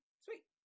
sweet